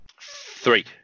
three